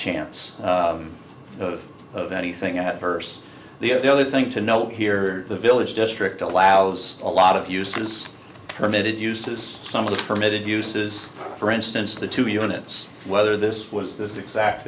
chance of anything adverse the other thing to note here the village district allows a lot of uses permitted uses some of the permitted uses for instance the two units whether this was this exact